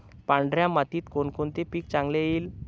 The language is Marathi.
पांढऱ्या मातीत कोणकोणते पीक चांगले येईल?